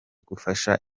gufasha